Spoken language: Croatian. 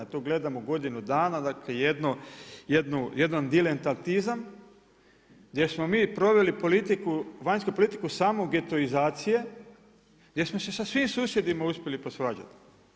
Tu gledamo godinu dana, dakle, jedan diletantizam, gdje smo mi proveli vanjsku politiku samo getoizacije, gdje smo se sa svim susjedima uspjeli posvađati.